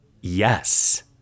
yes